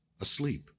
asleep